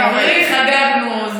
בעברי חגגנו,